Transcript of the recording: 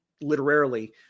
literarily